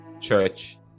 Church